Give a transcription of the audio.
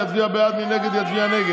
יצביע בעד, מי נגד?